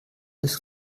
des